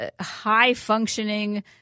high-functioning